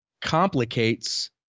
complicates